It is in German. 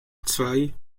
zwei